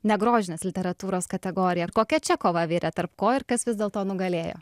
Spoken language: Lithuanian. negrožinės literatūros kategorija kokia čia kova virė tarp ko ir kas vis dėlto nugalėjo